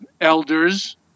elders